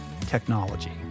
technology